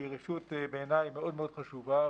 היא רשות מאוד חשובה,